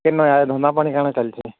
କେନ୍ ଧନ୍ଦା ପାଣି କ'ଣ ଚାଲିଛି